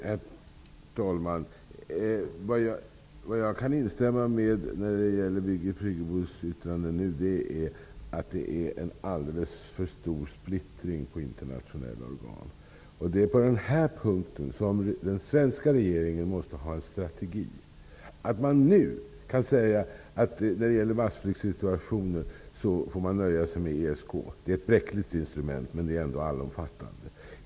Herr talman! Jag instämmer i Birgit Friggebos yttrande om att det är en alldeles för stor splittring mellan internationella organ. På den punkten måste den svenska regeringen ha en strategi och nu säga att man får nöja sig med ESK när det gäller massflyktssituationer. Det är ett bräckligt instrument, men det är ändå allomfattande.